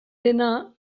dena